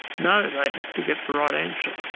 know they have to get the right answer,